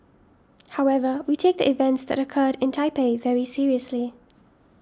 however we take the events that occurred in Taipei very seriously